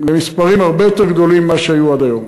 למספרים הרבה יותר גדולים מאשר היו עד היום.